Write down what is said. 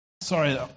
Sorry